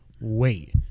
wait